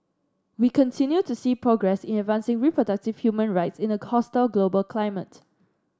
we continue to see progress in advancing reproductive human rights in a hostile global climate